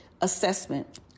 assessment